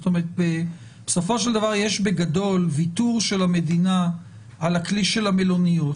בסופו של דבר יש בגדול ויתור של המדינה על הכלי של המלוניות,